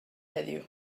heddiw